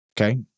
okay